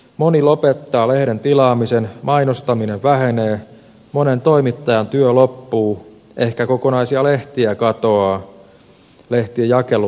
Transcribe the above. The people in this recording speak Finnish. moni lopettaa lehden tilaamisen mainostaminen vähenee monen toimittajan työ loppuu ehkä kokonaisia lehtiä katoaa lehtijakelu vähenee